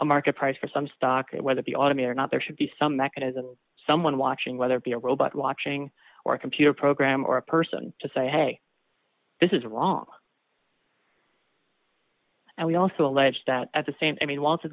a market price for some stock whether the automate or not there should be some mechanism someone watching whether it be a robot watching or a computer program or a person to say hey this is wrong and we also allege that at the same i mean want